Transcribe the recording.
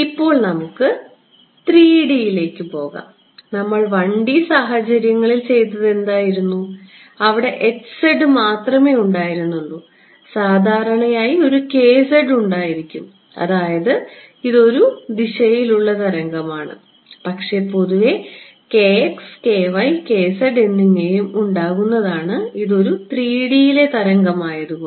ഇപ്പോൾ നമുക്ക് 3D യിലേക്ക് പോകാം നമ്മൾ 1D സാഹചര്യങ്ങളിൽ ചെയ്തത് എന്തായിരുന്നു അവിടെ മാത്രമേ ഉണ്ടായിരുന്നുള്ളൂ സാധാരണയായി ഒരു ഉണ്ടായിരിക്കും അതായത് ഇത് ഒരു ദിശയിലുള്ള തരംഗമാണ് പക്ഷേ പൊതുവേ എന്നിങ്ങനെയും ഉണ്ടാകുന്നതാണ് ഇതൊരു 3D യിലെ തരംഗമാണ്